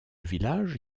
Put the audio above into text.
village